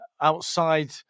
outside